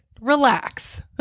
Relax